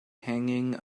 hanging